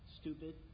stupid